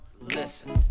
listen